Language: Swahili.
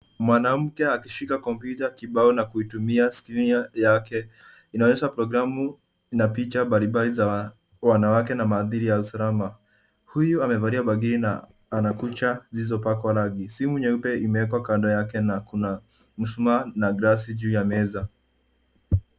Mwanamke akishika kompyuta kibao na kuitumia skrini yake. Inaonyesha programu na picha mbali mbali za wanawake na mandhari ya usalama. Huyu amevalia bangili na ana kucha zilizopangwa rangi. Simu nyeupe imewekwa kando yake na kuna mshumaa na glasi juu ya meza.